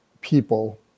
people